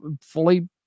fully